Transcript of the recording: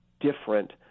different